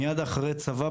מיד אחרי צבא,